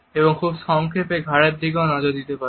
এবং খুব সংক্ষেপে ঘাড়ের দিকেও নজর দিতে পারে